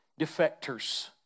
defectors